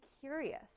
curious